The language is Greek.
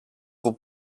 που